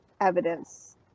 evidence